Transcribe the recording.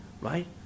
right